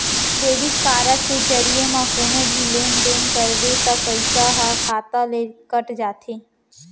debit card के जरिये म कोनो भी लेन देन करबे त पइसा ह खाता ले कट जाथे